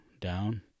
down